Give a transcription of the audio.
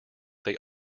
they